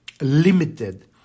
limited